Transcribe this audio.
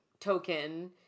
token